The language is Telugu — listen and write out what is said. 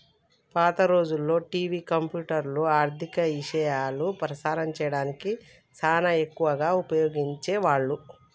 పాత రోజుల్లో టివి, కంప్యూటర్లు, ఆర్ధిక ఇశయాలు ప్రసారం సేయడానికి సానా ఎక్కువగా ఉపయోగించే వాళ్ళు